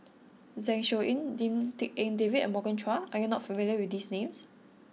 Zeng Shouyin Lim Tik En David and Morgan Chua are you not familiar with these names